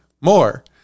more